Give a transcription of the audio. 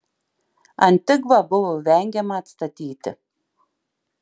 antigvą buvo vengiama atstatyti